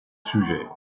sujets